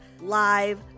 live